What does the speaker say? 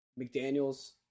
McDaniel's